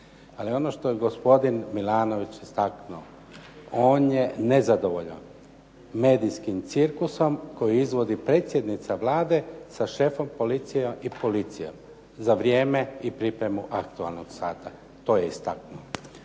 Ali ono što je gospodin Milanović istaknuo, on je nezadovoljan medijskim cirkusom koji izvodi predsjednica Vlade sa šefom policije i policijom za vrijeme i pripremu aktualnog sata. To je istaknuo.